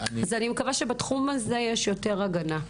אני מקווה שבתחום הזה יש יותר הגנה.